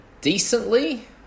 decently